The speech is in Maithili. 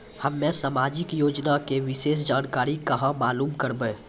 हम्मे समाजिक योजना के विशेष जानकारी कहाँ मालूम करबै?